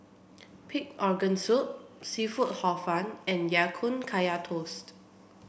pig organ soup seafood hor fun and Ya Kun Kaya Toast